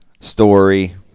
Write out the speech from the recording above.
story